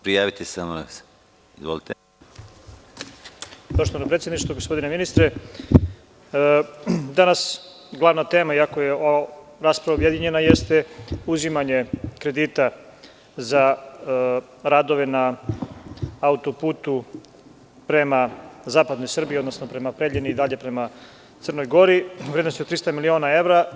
Poštovano predsedništvo, gospodine ministre, danas je glavna tema iako je rasprava objedinjena, jeste uzimanje kredita za radove na autoputu prema zapadnoj Srbiji, odnosno prema Preljini i dalje prema Crnoj Gori u vrednosti od 300 miliona evra.